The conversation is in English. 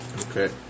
Okay